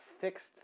fixed